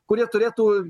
kurie turėtų